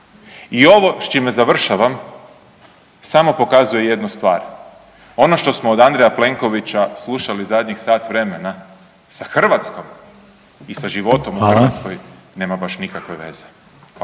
I ovo s čime završavam samo pokazuje jednu stvar. Ono što smo od Andreja Plenkovića slušali zadnjih sat vremena sa Hrvatskom i sa životom u Hrvatskoj …/Upadica: